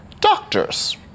doctors